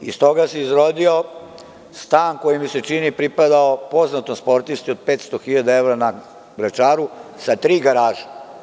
Iz toga se izrodio stan koji je, čini mi se, pripadao poznatom sportisti, od 500 hiljada evra, na Vračaru, sa tri garaže.